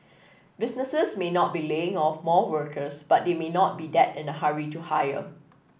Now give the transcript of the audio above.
businesses may not be laying off more workers but they may not be that in a hurry to hire